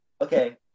Okay